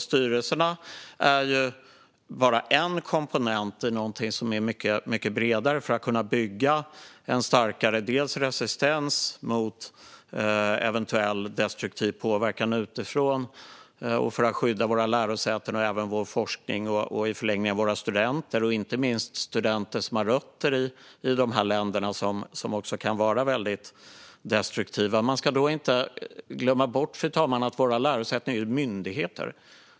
Styrelserna är ju bara en komponent i något mycket bredare för att kunna bygga starkare resistens mot eventuell destruktiv påverkan utifrån och skydda våra lärosäten och även vår forskning och i förlängningen våra studenter, inte minst studenter som har rötter i de länder som kan vara väldigt destruktiva. Man ska då inte glömma bort, fru talman, att våra lärosäten är myndigheter.